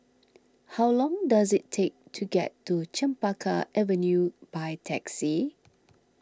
how long does it take to get to Chempaka Avenue by taxi